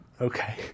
Okay